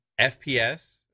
FPS